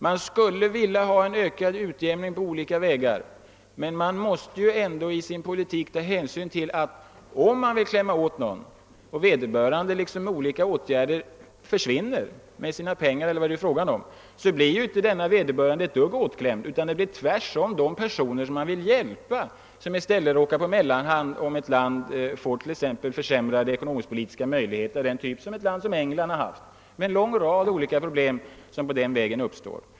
Man vill ha en ökad utjämning, men man måste i sin politik ta hänsyn till att de människor som man vill klämma åt kanske försvinner ur landet med sina pengar. I så fall blir de inte åtklämda. Om ett land får försämrade ekonomisk-politiska möjligheter av den typ som England har haft, uppstår en rad olika problem, och de personer som man vill hjälpa blir i stället de som sätts på mellanhand.